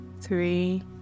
three